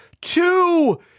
two